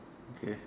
okay